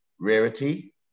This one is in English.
rarity